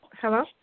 Hello